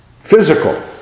physical